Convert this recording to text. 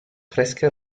fresca